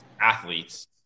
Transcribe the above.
athletes